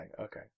okay